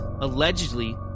allegedly